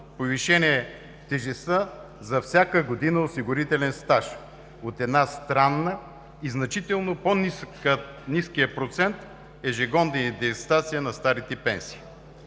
повишение на тежестта за всяка година осигурителен стаж, от една страна, и значително по-ниския процент ежегодна индексация на старите пенсии.